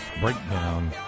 Breakdown